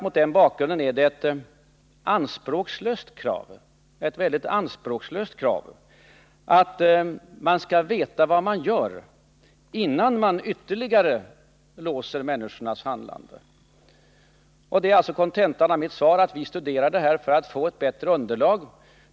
Mot den bakgrunden är det ett rätt anspråkslöst krav att man skall veta vad man gör innan man ytterligare låser människornas handlande. Kontentan av mitt svar är alltså att vi studerar frågan för att få ett bättre underlag.